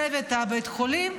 צוות בית חולים,